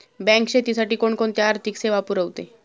Bank शेतीसाठी कोणकोणत्या आर्थिक सेवा पुरवते?